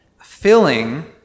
filling